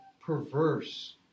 perverse